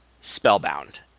spellbound